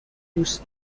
دوست